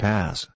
Pass